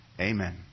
Amen